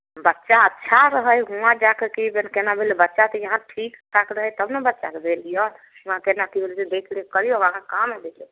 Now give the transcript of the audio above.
बच्चा अच्छा रहै वहाँ जा कऽ की भेल केना भेल बच्चा तऽ यहाँ ठीक ठाक रहै तब ने बच्चाकेँ भेजलियै वहाँ केना की भेलै देखरेख करियौ अहाँके काम हइ देखरेख